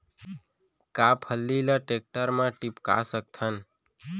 का फल्ली ल टेकटर म टिपका सकथन?